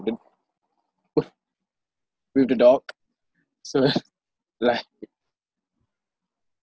him with the dog so like